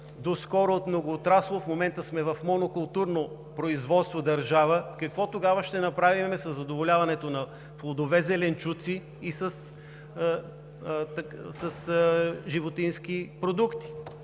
доскоро многоотраслово в момента сме държава с монокултурно производство, какво тогава ще направим със задоволяването с плодове, зеленчуци и с животински продукти?